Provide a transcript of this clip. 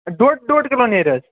ڈۅڈ ڈۅڈ کِلوٗ نیرِ حظ